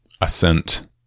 assent